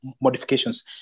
modifications